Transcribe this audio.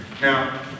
Now